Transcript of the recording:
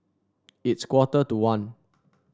it's quarter to one